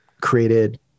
created